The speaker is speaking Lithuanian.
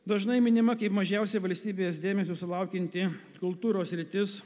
dažnai minima kaip mažiausia valstybės dėmesio sulaukianti kultūros sritis